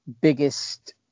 biggest